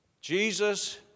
Jesus